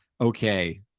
okay